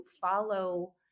follow